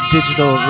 Digital